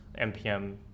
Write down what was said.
NPM